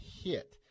hit